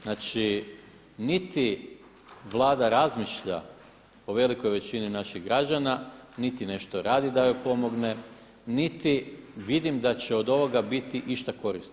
Znači niti Vlada razmišlja o velikoj većini naših građana, niti nešto radi da joj pomogne, niti vidim da će od ovoga biti išta korisno.